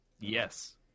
Yes